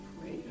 Pray